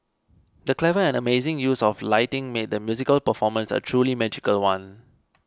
the clever and amazing use of lighting made the musical performance a truly magical one